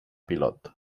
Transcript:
pilot